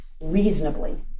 reasonably